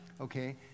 Okay